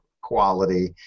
quality